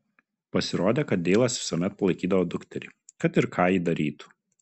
pasirodė kad deilas visuomet palaikydavo dukterį kad ir ką ji darytų